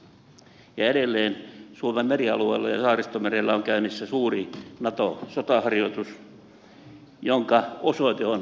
ja edelleen suomen merialueella ja saaristomerellä on käynnissä suuri nato sotaharjoitus jonka osoite on helppo arvata